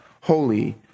holy